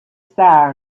star